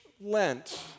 Lent